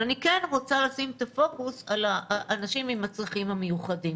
אבל אני כן רוצה לשים את הפוקוס על האנשים עם הצרכים המיוחדים,